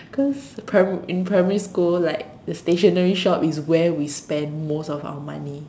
cause prim~ in primary school like the stationery shop is where we spend most of our money